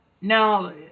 now